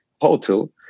hotel